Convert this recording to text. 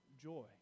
joy